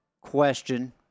question